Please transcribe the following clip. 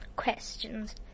questions